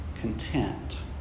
content